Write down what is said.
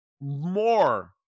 more